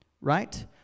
Right